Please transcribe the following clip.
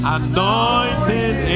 anointed